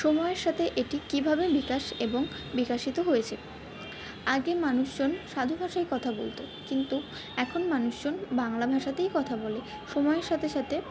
সময়ের সাথে এটি কীভাবে বিকাশ এবং বিকাশিত হয়েছে আগে মানুষজন সাধু ভাষায় কথা বলত কিন্তু এখন মানুষজন বাংলা ভাষাতেই কথা বলে সময়ের সাথে সাথে